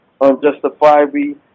unjustifiably